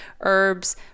herbs